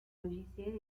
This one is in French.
logiciel